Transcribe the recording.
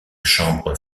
chambre